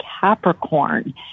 Capricorn